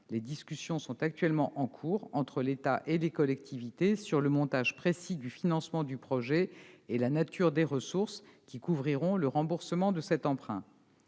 Les discussions sont en cours entre l'État et les collectivités sur le montage précis du financement du projet et la nature des ressources qui couvriront le remboursement de cet emprunt.